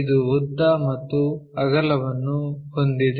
ಇದು ಉದ್ದ ಮತ್ತು ಅಗಲವನ್ನು ಹೊಂದಿದೆ